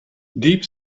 deep